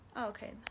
Okay